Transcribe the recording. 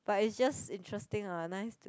but it's just interesting ah nice to